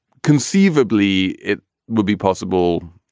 conceivably it would be possible.